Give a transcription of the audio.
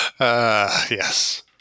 Yes